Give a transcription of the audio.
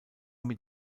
mit